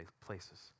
places